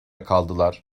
kaldılar